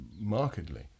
markedly